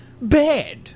bad